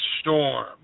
storm